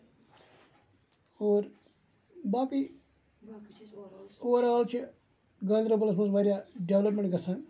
اور باقٕے اُور آل چھِ گاندربَلَس منٛز واریاہ ڈیولَپمینٹ گژھان